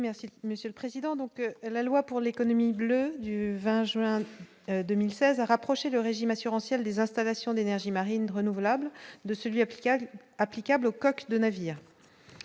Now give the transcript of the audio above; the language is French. merci Monsieur le Président, donc la loi pour l'économie bleue du 20 juin 2016 à rapprocher le régime assuranciel des installations d'énergies marines renouvelables de celui applicable applicable aux coques de navire,